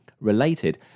related